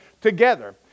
together